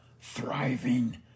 thriving